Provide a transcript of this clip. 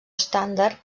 estàndard